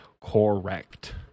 correct